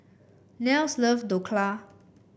Nels love Dhokla